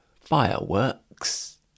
fireworks